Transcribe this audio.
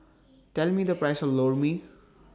Tell Me The Price of Lor Mee